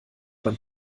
beim